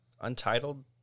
Untitled